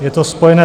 Je to spojené.